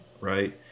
right